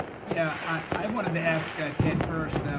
yeah. i wanted to ask ah ted first.